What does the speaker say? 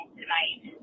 tonight